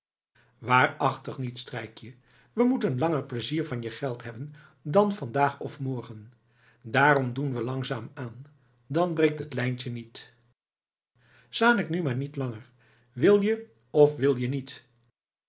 waarachtig niet strijkkie we moeten langer pleizier van je geld hebben dan vandaag of morgen daarom doen we langzaam aan dan breekt het lijntje niet zanik nu maar niet langer wil je of wil je niet